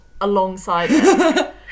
alongside